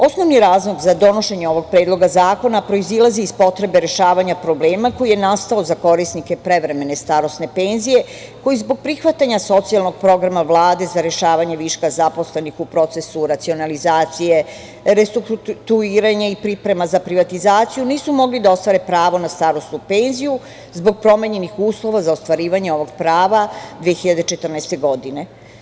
Osnovni razlog za donošenje ovog predloga zakona proizilazi iz potrebe rešavanja problema koji je nastao za korisnike prevremene starosne penzije, koji zbog prihvatanja socijalnog programa Vlade za rešavanje viška zaposlenih u procesu racionalizacije, restrukturiranje i priprema za privatizaciju nisu mogli da ostvare pravo na starosnu penziju, zbog promenjenih uslova za ostvarivanje ovog prava 2014. godine.